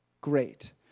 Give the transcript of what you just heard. great